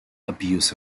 abuse